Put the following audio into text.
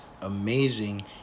amazing